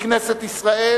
מכנסת ישראל,